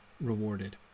rewarded